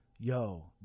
Yo